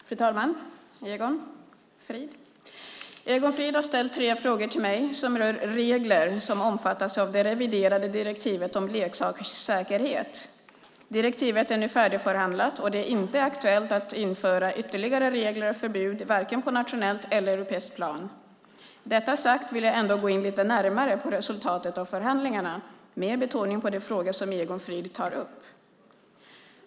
Fru talman! Egon Frid har ställt tre frågor till mig som rör regler som omfattas av det reviderade direktivet om leksakers säkerhet. Direktivet är nu färdigförhandlat, och det är inte aktuellt att införa ytterligare regler och förbud, varken på nationellt eller på europeiskt plan. Med detta sagt vill jag ändå gå in lite närmare på resultatet av förhandlingarna, med betoning på de frågor som Egon Frid tar upp.